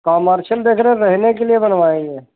commercial देख रहे रहने के लिए बनवाएंगे